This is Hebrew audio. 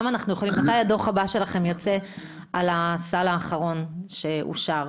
מתי הדוח הבא שלכם יוצא, על הסל האחרון שאושר?